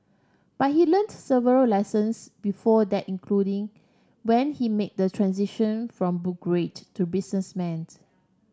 but he learnt several lessons before that including when he made the transition from to businessman